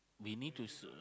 we need to s~